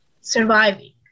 surviving